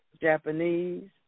Japanese